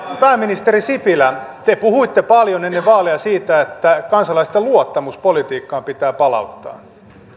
pääministeri sipilä te puhuitte paljon ennen vaaleja siitä että kansalaisten luottamus politiikkaan pitää palauttaa